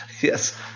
Yes